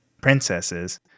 princesses